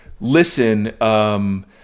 listen